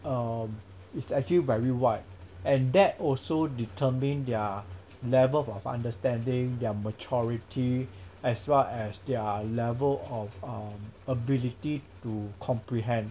um it's actually very wide and that also determine their level of understanding their maturity as far as their level of mm ability to comprehend